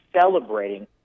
celebrating